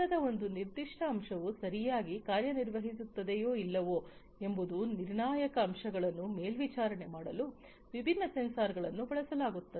ಯಂತ್ರದ ಒಂದು ನಿರ್ದಿಷ್ಟ ಅಂಶವು ಸರಿಯಾಗಿ ಕಾರ್ಯನಿರ್ವಹಿಸುತ್ತದೆಯೋ ಇಲ್ಲವೋ ಎಂಬಂತಹ ನಿರ್ಣಾಯಕ ಅಂಶಗಳನ್ನು ಮೇಲ್ವಿಚಾರಣೆ ಮಾಡಲು ವಿಭಿನ್ನ ಸೆನ್ಸರ್ಗಳನ್ನು ಬಳಸಲಾಗುತ್ತದೆ